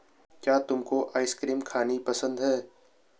क्या तुमको आइसक्रीम खानी पसंद है?